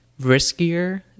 riskier